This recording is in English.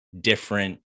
different